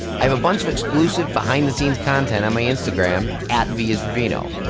i have a bunch of exclusive behind-the-scenes content on my instagram at v is for vino.